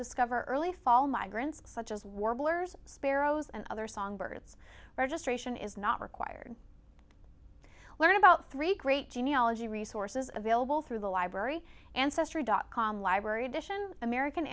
discover early fall migrants such as warblers sparrows and other songbirds registration is not required what about three great genealogy resources available through the library ancestry dot com library edition american